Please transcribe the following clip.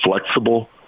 flexible